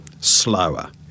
slower